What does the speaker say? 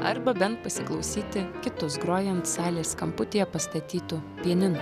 arba bent pasiklausyti kitus grojant salės kamputyje pastatytu pianinu